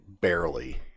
barely